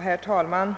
Herr talman!